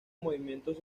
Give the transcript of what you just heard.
movimientos